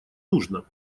нужно